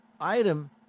item